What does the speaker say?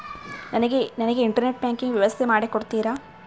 ನನಗೆ internet banking ವ್ಯವಸ್ಥೆ ಮಾಡಿ ಕೊಡ್ತೇರಾ?